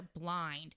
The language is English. blind